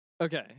Okay